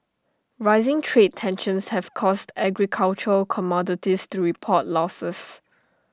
rising trade tensions have caused agricultural commodities to report losses